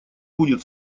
будет